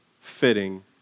fitting